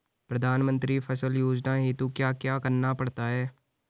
प्रधानमंत्री फसल योजना हेतु क्या क्या करना पड़ता है?